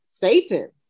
Satan